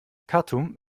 khartum